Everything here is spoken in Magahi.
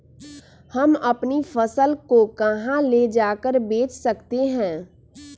हम अपनी फसल को कहां ले जाकर बेच सकते हैं?